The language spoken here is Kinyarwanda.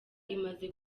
imaze